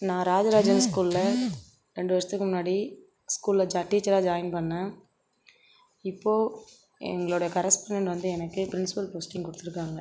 நா ராஜ ராஜன் ஸ்கூலில் ரெண்டு வருஷத்துக்கு முன்னாடி ஸ்கூலில் ஜா டீச்சராக ஜாயின் பண்ணேன் இப்போது எங்களோட கரஸ்பாண்டட் வந்து எனக்கே ப்ரின்ஸ்பல் போஸ்ட்டிங் கொடுத்துருக்காங்க